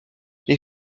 les